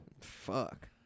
fuck